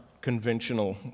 conventional